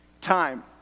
Time